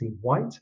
White